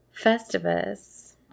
Festivus